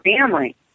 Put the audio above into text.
family